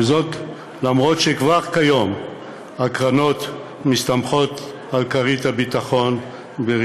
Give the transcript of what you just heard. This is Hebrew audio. וזאת למרות שכבר כיום הקרנות מסתמכות על הכרית ברישומיהן.